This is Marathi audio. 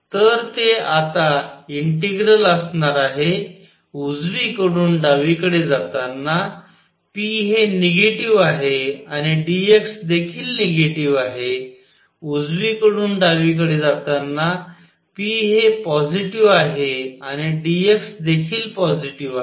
तर ते आता इंटिग्रल असणार आहे उजवीकडून डावीकडे जाताना p हे निगेटिव्ह आहे आणि d x देखील निगेटिव्ह आहे उजवीकडून डावीकडे जाताना p हे पॉजिटीव्ह आहे आणि d x देखील पॉजिटीव्ह आहे